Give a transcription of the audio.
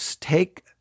take